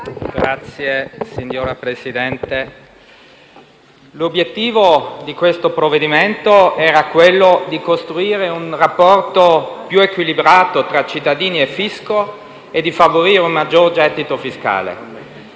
UV))*. Signor Presidente, l'obiettivo di questo provvedimento era quello di costruire un rapporto più equilibrato tra cittadini e fisco e di favorire un maggior gettito fiscale.